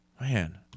Man